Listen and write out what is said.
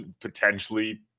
potentially